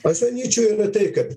aš manyčiau yra tai kad